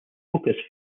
focus